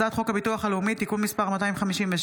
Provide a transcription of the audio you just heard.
הצעת חוק הביטוח הלאומי (תיקון מס' 257)